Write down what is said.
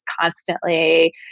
constantly